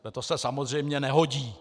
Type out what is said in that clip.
To se samozřejmě nehodí.